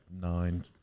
nine